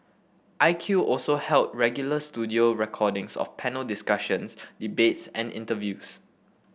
I Q also held regular studio recordings of panel discussions debates and interviews